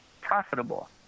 profitable